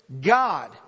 God